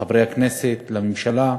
אצל חברי הכנסת, בממשלה.